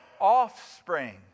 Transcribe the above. offspring